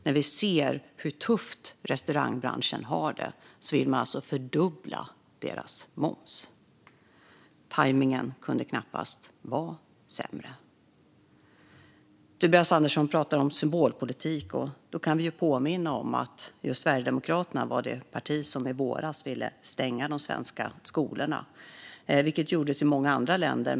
När vi ser hur tufft restaurangbranschen har det vill man alltså fördubbla momsen. Tajmningen kunde knappast vara sämre. Tobias Andersson pratar om symbolpolitik. Då kan vi påminna om att Sverigedemokraterna var det parti som i våras ville stänga de svenska skolorna, vilket gjordes i många andra länder.